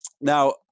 Now